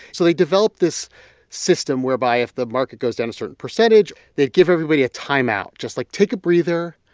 so they developed this system whereby if the market goes down a certain percentage, they'd give everybody a timeout. just like take a breather.